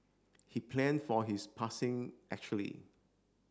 he planned for his passing actually